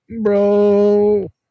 bro